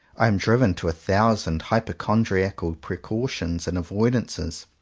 i am driven to a thousand hypochondriacal pre cautions and avoidances.